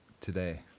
today